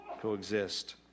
coexist